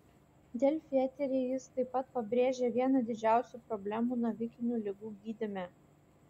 delfi eteryje jis taip pat pabrėžė vieną didžiausių problemų navikinių ligų gydyme